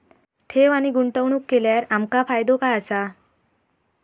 ठेव आणि गुंतवणूक केल्यार आमका फायदो काय आसा?